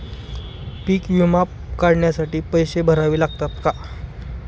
पीक विमा काढण्यासाठी पैसे भरावे लागतात का?